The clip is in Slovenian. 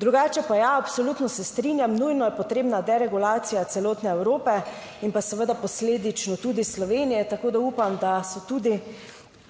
Drugače pa ja, absolutno se strinjam, nujno je potrebna deregulacija celotne Evrope in pa seveda posledično tudi Slovenije. tako da upam, da so tudi